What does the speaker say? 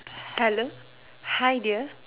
hello hi dear